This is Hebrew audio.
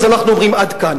אז אנחנו אומרים: עד כאן.